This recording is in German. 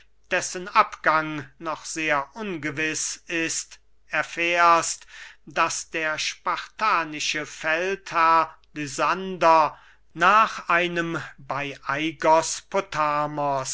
dessen abgang noch sehr ungewiß ist erfährst daß der spartanische feldherr lysander nach einem bey